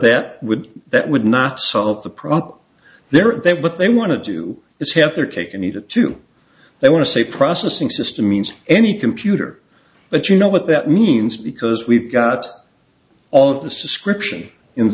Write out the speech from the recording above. that would that would not solve the problem there is that what they want to do is have their cake and eat it too they want to say processing system means any computer but you know what that means because we've got all of this description in